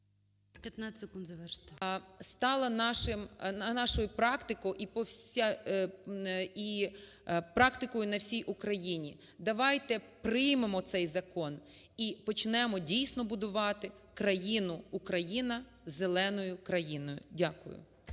…стало нашим, нашою практикою і практикою на всій Україні. Давайте приймемо цей закон і почнемо дійсно будувати країну Україна зеленою країною. Дякую.